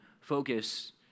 focus